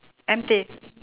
empty